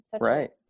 Right